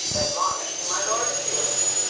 that longeth to my lorde's duety.